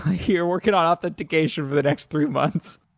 here working on authentication for the next three months